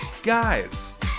Guys